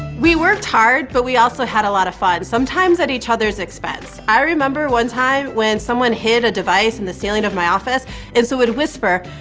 we worked hard, but we also had a lot of fun, sometimes at each other's expense. i remember one time when someone hid a device in the ceiling of my office and so would whisper,